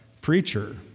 preacher